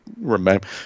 remember